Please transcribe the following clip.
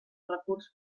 recurs